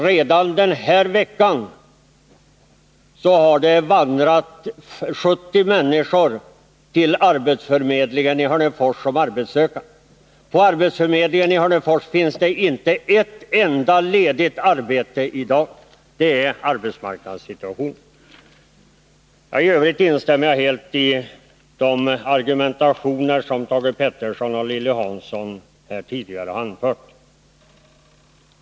Redan den här veckan har 70 människor vandrat till arbetsförmedlingen i Hörnefors. På arbetsförmedlingen i Hörnefors finns det i dag inte ett enda ledigt arbete — det är arbetsmarknadssituationen. I Övrigt instämmer jag helt i Thage Petersons och Lilly Hanssons argumentation.